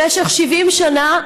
במשך 70 שנה,